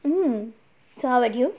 mm so how about you